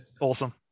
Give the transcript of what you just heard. Awesome